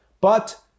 but-